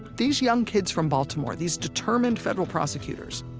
these young kids from baltimore, these determined federal prosecutors,